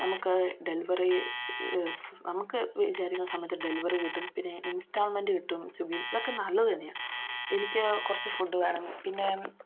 നമുക്ക് ഡെലിവറി നമുക്ക് വിചാരിക്കുന്ന സമയത്ത് ഡെലിവറി കിട്ടും പിന്നെ ഇൻസ്റ്റാൾമെൻറ് കിട്ടും സ്വിഗ്ഗിയിൽ നിന്ന് ഇതൊക്കെ നല്ലതു തന്നെയാണ് എനിക്ക് കുറച്ച് ഫുഡ് വേണം പിന്നെ